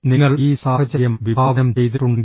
നിങ്ങൾ ഈ സാഹചര്യം വിഭാവനം ചെയ്തിട്ടുണ്ടെങ്കിൽ